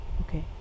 Okay